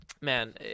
Man